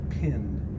pinned